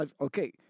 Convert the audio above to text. okay